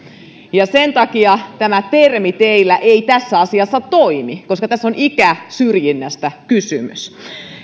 sen takia tämä termi teillä ei tässä asiassa toimi koska tässä on ikäsyrjinnästä kysymys